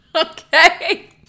Okay